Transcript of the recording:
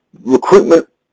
recruitment